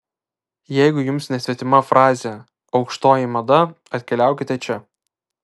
jeigu jums nesvetima frazė aukštoji mada atkeliaukite čia